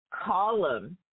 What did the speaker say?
column